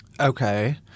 Okay